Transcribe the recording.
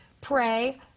pray